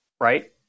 right